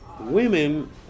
Women